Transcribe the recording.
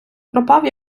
пропав